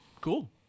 Cool